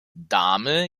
dame